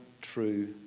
true